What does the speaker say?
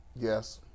Yes